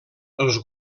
els